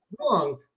wrong